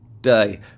day